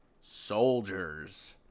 Soldiers